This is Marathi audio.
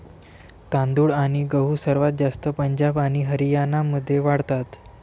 तांदूळ आणि गहू सर्वात जास्त पंजाब आणि हरियाणामध्ये वाढतात